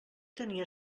tenia